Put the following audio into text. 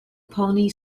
pony